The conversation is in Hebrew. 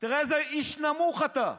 תראה איזה איש נמוך אתה.